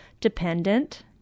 dependent